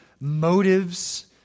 motives